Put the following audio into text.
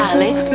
Alex